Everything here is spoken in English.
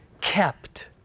kept